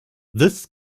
this